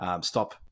stop